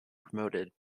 promoted